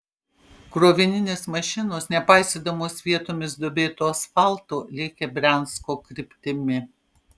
krovininės mašinos nepaisydamos vietomis duobėto asfalto lėkė briansko kryptimi